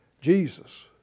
Jesus